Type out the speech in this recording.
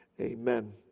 amen